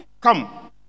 Come